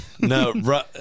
No